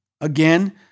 Again